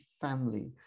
family